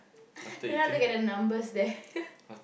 do not look at the numbers there